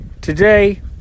today